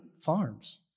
farms